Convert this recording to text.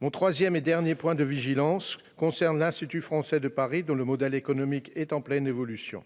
Mon troisième et dernier point de vigilance a trait à l'Institut français de Paris, dont le modèle économique est en pleine évolution.